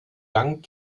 dank